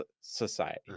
society